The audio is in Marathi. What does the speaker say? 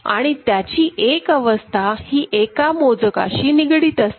आणि त्याची एक अवस्था ही एका मोजकाशी निगडित असते